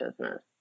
business